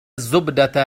الزبدة